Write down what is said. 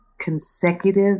consecutive